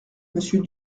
monsieur